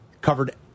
Covered